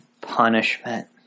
punishment